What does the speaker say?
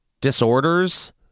disorders